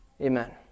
amen